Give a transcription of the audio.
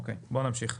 בואו נמשיך.